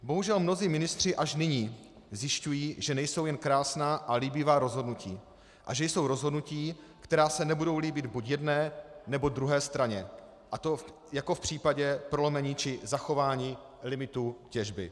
Bohužel mnozí ministři až nyní zjišťují, že nejsou jen krásná a líbivá rozhodnutí a že jsou rozhodnutí, která se nebudou líbit buď jedné, nebo druhé straně, a to jako v případě prolomení či zachování limitů těžby.